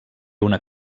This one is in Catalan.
una